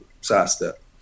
sidestep